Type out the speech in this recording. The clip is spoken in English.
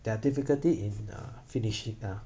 there are difficulty in uh finishing ah